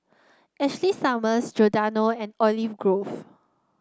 Ashley Summers Giordano and Olive Grove